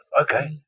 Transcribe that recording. okay